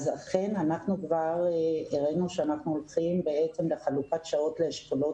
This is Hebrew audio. אכן אנחנו הראינו שאנחנו הולכים לחלוקת שעות לאשכולות